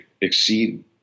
exceed